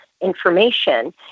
information